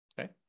Okay